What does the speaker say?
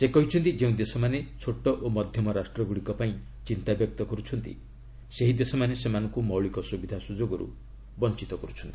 ସେ କହିଛନ୍ତି ଯେଉଁ ଦେଶମାନେ ଛୋଟ ଓ ମଧ୍ୟମ ରାଷ୍ଟ୍ରଗୁଡ଼ିକ ପାଇଁ ଚିନ୍ତାବ୍ୟକ୍ତ କରୁଛନ୍ତି ସେହି ଦେଶମାନେ ସେମାନଙ୍କୁ ମୌଳିକ ସୁବିଧା ଦେବାରୁ ବଞ୍ଚତ କରୁଛନ୍ତି